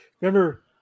remember